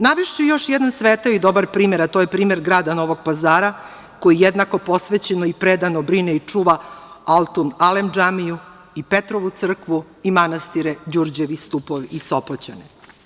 Navešću još jedan svetao i dobar primer, a to je primer grada Novog Pazara koji jednako posvećeno i predano brine i očuva Altun-alem džamiju i Petrovu crkvu i manastire Đurđevi stupovi i Sopoćani.